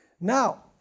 Now